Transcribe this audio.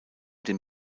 den